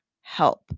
help